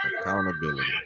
Accountability